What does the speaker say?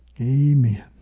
Amen